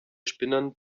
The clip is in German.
spinnern